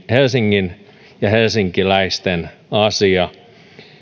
helsingin ja helsinkiläisten asia